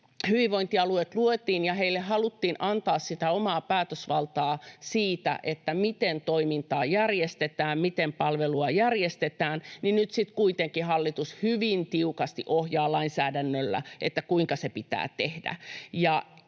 hyvinvointialueet luotiin, niin toisaalta heille haluttiin antaa omaa päätösvaltaa siitä, miten toimintaa järjestetään, miten palvelua järjestetään, ja nyt sitten kuitenkin hallitus hyvin tiukasti ohjaa lainsäädännöllä, kuinka se pitää tehdä.